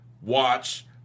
watch